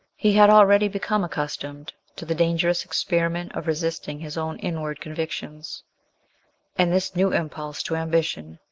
he had already become accustomed to the dangerous experiment of resisting his own inward convictions and this new impulse to ambition,